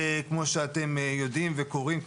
כמו שאתם יודעים וקוראים,